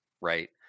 right